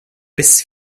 biss